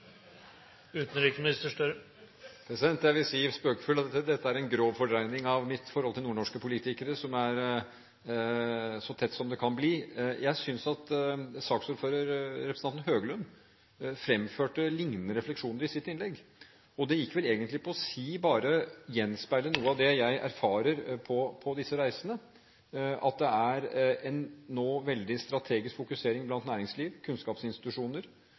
Jeg vil spøkefullt si at dette er en grov fordreining av mitt forhold til nordnorske politikere, som er så tett som det kan bli. Jeg synes saksordføreren, representanten Høglund, fremførte lignende refleksjoner i sitt innlegg. Det gikk vel egentlig bare på å gjenspeile noe av det jeg erfarer på disse reisene, at det i næringsliv og kunnskapsinstitusjoner nå fokuseres veldig strategisk